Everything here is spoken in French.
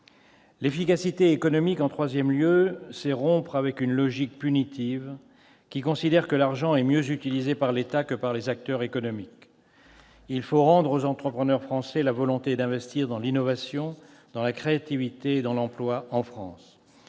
L'efficacité économique, en troisième lieu, signifie rompre avec une logique punitive selon laquelle l'argent serait mieux utilisé par l'État que par les acteurs économiques. Il faut rendre aux entrepreneurs français la volonté d'investir dans l'innovation, dans la créativité et dans l'emploi en France.